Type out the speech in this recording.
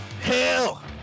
Hell